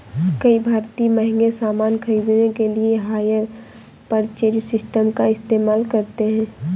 कई भारतीय महंगे सामान खरीदने के लिए हायर परचेज सिस्टम का इस्तेमाल करते हैं